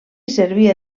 servia